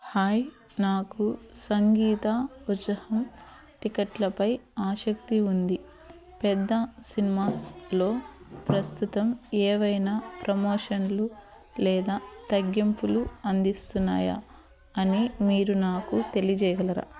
hi నాకు సంగీత ఉజహం టిక్కెట్లపై ఆసక్తి ఉంది పెద్ద సినిమాస్లో ప్రస్తుతం ఏవైనా ప్రమోషన్లు లేదా తగ్గింపులు అందిస్తున్నాయా అని మీరు నాకు తెలిజేయగలరా